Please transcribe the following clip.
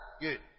Good